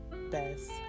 best